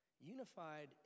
Unified